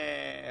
עולה כסף.